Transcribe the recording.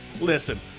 Listen